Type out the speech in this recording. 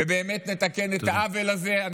ונתקן את העוול הזה, תודה.